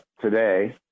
today